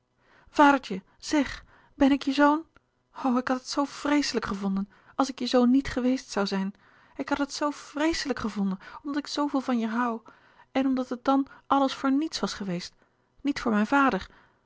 vadertje zeg ben ik je zoon o ik had het zoo vreeslijk gevonden als ik je zoon niet geweest zoû zijn ik had het zoo vreeslijk gevonden omdat ik zooveel van je hoû en omdat het dan alles voor niets was geweest niet voor mijn vader